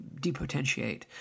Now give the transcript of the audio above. depotentiate